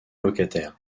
locataire